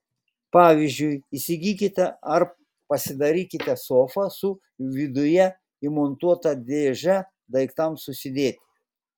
pavyzdžiui įsigykite ar pasidarykite sofą su viduje įmontuota dėže daiktams susidėti